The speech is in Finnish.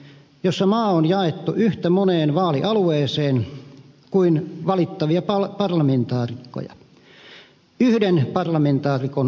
siinä maa on jaettu yhtä moneen vaalialueeseen kuin on valittavia parlamentaarikkoja yhden parlamentaarikon alueisiin